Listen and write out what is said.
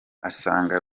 asanga